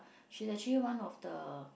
she's actually one of the